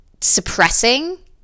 suppressing